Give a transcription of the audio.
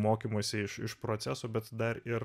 mokymosi iš iš proceso bet dar ir